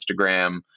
Instagram